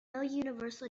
universal